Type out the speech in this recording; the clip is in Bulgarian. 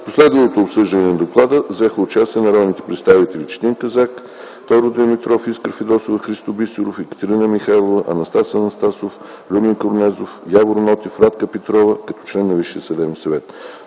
последвалото обсъждане на доклада взеха участие народните представители Четин Казак, Тодор Димитров, Искра Фидосова, Христо Бисеров, Екатерина Михайлова, Анастас Анастасов, Любен Корнезов, Явор Нотев, както и Радка Петрова като член на